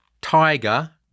Tiger